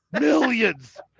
millions